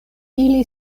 ili